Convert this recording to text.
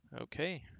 Okay